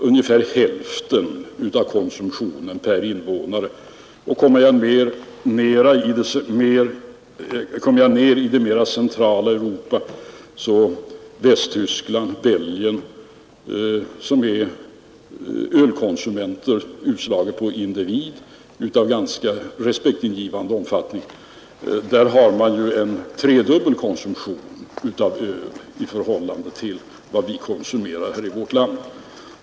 Och i det mera centrala Europa finner man ölkonsumenter av respektingivande omfattning såsom Västtyskland och Belgien — jag ser då till förbrukningen utslagen på antalet invånare. Där har man en konsumtion av öl som är tre gånger så stor som vår.